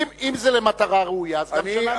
אם זה למטרה ראויה, אז גם שנה מותר.